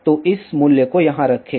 तो इस मूल्य को यहां रखें